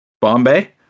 Bombay